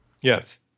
Yes